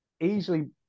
easily